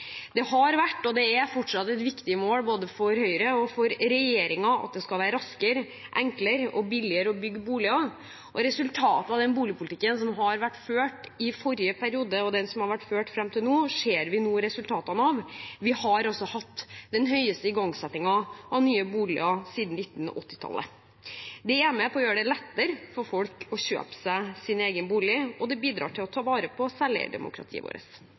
Det har vært – og det er fortsatt – et viktig mål både for Høyre og for regjeringen at det skal være raskere, enklere og billigere å bygge boliger, og den boligpolitikken som har vært ført i forrige periode, og som har vært ført fram til nå, ser vi nå resultatene av. Vi har hatt den høyeste igangsettingen av nye boliger siden 1980-tallet. Det er med på å gjøre det lettere for folk å kjøpe seg sin egen bolig, og det bidrar til å ta vare på selveierdemokratiet vårt.